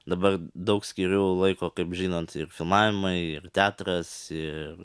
dabar daug skiriu laiko kaip žinot ir filmavimai ir teatras ir